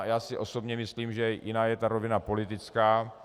Já si osobně myslím, že jiná je ta rovina politická.